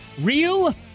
Real